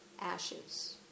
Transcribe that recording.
ashes